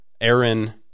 Aaron